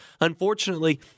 Unfortunately